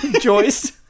Joyce